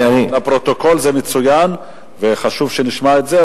לפרוטוקול זה מצוין, וחשוב שנשמע את זה.